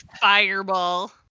fireball